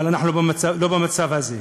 אבל אנחנו לא במצב הזה.